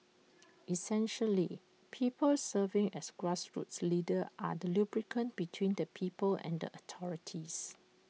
essentially people serving as grassroots leaders are the lubricant between the people and the authorities